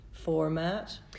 format